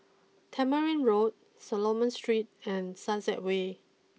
Tamarind Road Solomon Street and Sunset way